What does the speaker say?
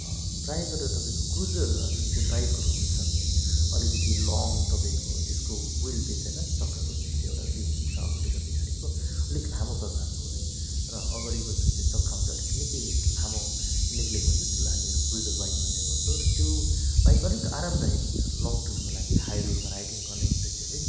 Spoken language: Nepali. प्राय गरेर तपाईँको क्रुजर जुन चाहिँ बाइकहरू हुन्छ अलिकति लङ तपाईँको त्यसको व्हिल बेस होइन चक्काको जुन चाहिँ एउटा बेस हुन्छ अगाडि र पछाडिको अलिक लामो प्रकारको है र अगाडिको जुन चाहिँ चक्का हुन्छ अलिक निकै लामो निक्लिएको हुन्छ त्यसलाई हामीहरू क्रुजर बाइक भन्ने गर्छौँ र त्यो बाइक अलिक आरामदायक हुन्छ लङ टुरको लागि हाइवेमा राइडिङ गर्न स्पेसियली